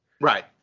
Right